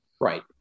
right